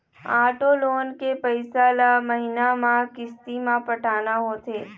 auto loan के पइसा ल महिना म किस्ती म पटाना होथे